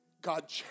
God